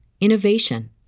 innovation